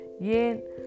Yen